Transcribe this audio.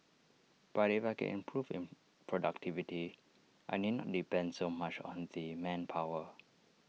but if I can improve in productivity I need not depend so much on the manpower